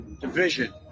division